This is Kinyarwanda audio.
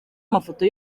amafoto